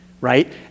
Right